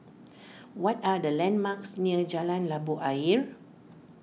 what are the landmarks near Jalan Labu Ayer